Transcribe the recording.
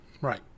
Right